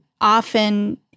often